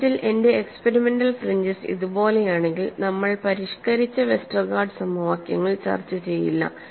വാസ്തവത്തിൽ എന്റെ experimental fringes ഇതുപോലെയാണെങ്കിൽ നമ്മൾ പരിഷ്കരിച്ച വെസ്റ്റർഗാർഡ് സമവാക്യങ്ങൾ ചർച്ച ചെയ്യില്ല